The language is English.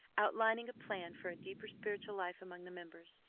outlining a plan for a deeper spiritual life among the members,